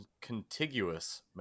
contiguous